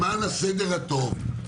למען הסדר הטוב,